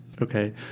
okay